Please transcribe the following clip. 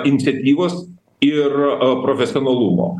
iniciatyvos ir a profesionalumo